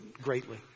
greatly